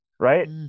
Right